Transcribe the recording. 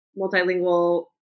multilingual